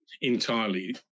entirely